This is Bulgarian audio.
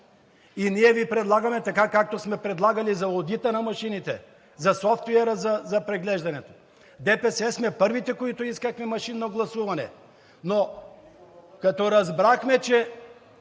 И ние Ви предлагаме така, както сме предлагали за одита на машините, за софтуера за преглеждането. ДПС сме първите, които искахме машинно гласуване. Но, като разбрахме, че